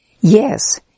Yes